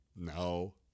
no